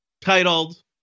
titled